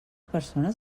persones